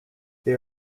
they